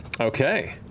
Okay